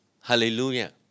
Hallelujah